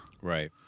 Right